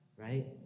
Right